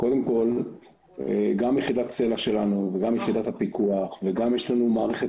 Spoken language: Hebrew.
קודם כול גם יחד סלע שלנו וגם יחידה הפיקוח וגם יש לנו מערכת